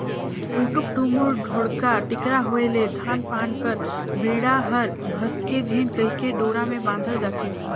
उटुक टुमुर, ढोड़गा टिकरा होए ले धान पान कर बीड़ा हर भसके झिन कहिके डोरा मे बाधल जाथे